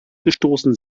gestoßen